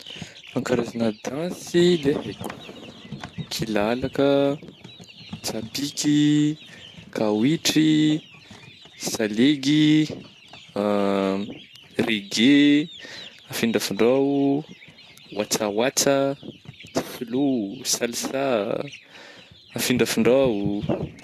Karazagna dansy le haiko kilalaka, tsapiky, kawitry, salegy regge, afindrafindrao, watsawatsa, slow, salsa, afindrafindrao.